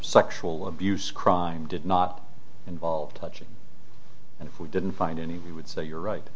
sexual abuse crime did not involve touching and if we didn't find any we would say you're right